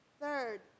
third